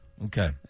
Okay